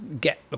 get